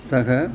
सह